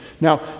Now